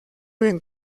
bien